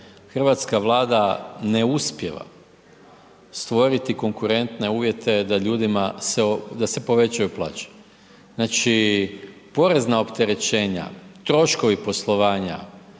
hrvatska vlada ne uspijeva stvoriti konkurente uvjete, da ljudima se povećaju plaće. Znači porezna opterećenja, troškovi poslovanja,